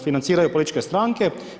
Financiraju političke stranke.